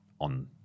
on